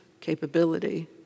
capability